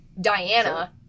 diana